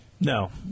No